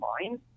mind